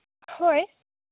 ᱦᱳᱭ